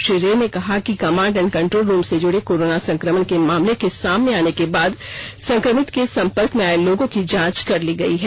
श्री रे ने कहा कि कमांड एंड कंट्रोल रूम से जुड़े कोरोना संक्रमण के मामले के सामने आने के बाद संक्रमित के संपर्क में आए लोगों की जांच कर ली गई है